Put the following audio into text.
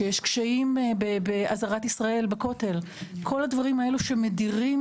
שיש קשיים בעזרת ישראל בכותל - כל הדברים האלה שמדירים